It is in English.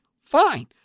fine